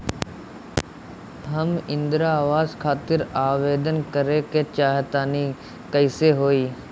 हम इंद्रा आवास खातिर आवेदन करे क चाहऽ तनि कइसे होई?